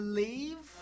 leave